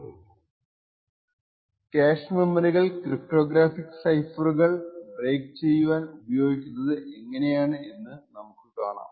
cash മെമ്മറികൾ cryptographic സൈഫറുകൾ break ചെയ്യുവാൻ ഉപയോഗിക്കുന്നത് എങ്ങനെയാണ് എന്ന് നമുക്കു കാണാം